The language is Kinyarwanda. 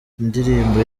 indirimbo